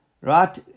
Right